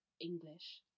English